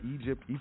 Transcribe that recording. Egypt